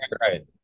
right